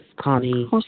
Connie